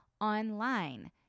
online